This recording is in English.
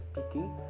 speaking